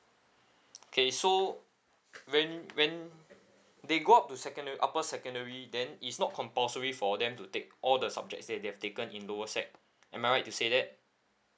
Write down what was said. K so when when they go up to secondary upper secondary then is not compulsory for them to take all the subjects that they've taken in lower sec am I right to say that